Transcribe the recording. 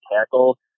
tackle